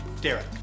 Derek